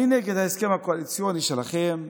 אני נגד ההסכם הקואליציוני שלכם.